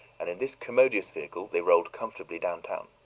and in this commodious vehicle they rolled comfortably downtown.